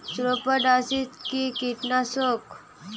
স্পোডোসাইট কি কীটনাশক?